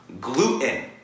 Gluten